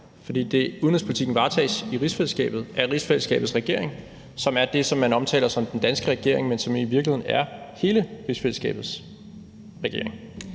fordi udenrigspolitikken varetages i rigsfællesskabet af rigsfællesskabets regering, som er det, som man omtaler som den danske regering, men som i virkeligheden er hele rigsfællesskabets regering.